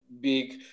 Big